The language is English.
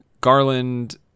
Garland